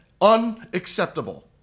Unacceptable